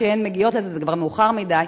כשהן מגיעות לזה זה כבר מאוחר מדי.